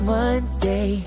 Monday